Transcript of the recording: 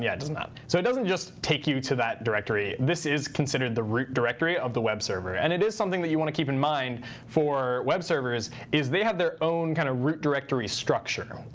yeah it doesn't so it doesn't just take you to that directory. this is considered the root directory of the web server. and it is something that you want to keep in mind for web servers is they have their own kind of root directory structure.